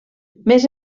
més